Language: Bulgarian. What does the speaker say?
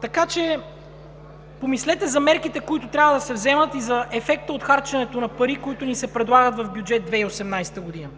Така че помислете за мерките, които трябва да се вземат, и за ефекта от харченето на пари, които ни се предлагат в Бюджет 2018 г.